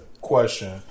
question